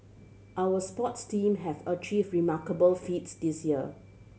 our sports team have achieved remarkable feats this year